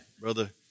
Brother